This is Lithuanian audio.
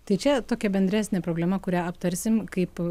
tai čia tokia bendresnė problema kurią aptarsim kaip